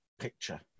picture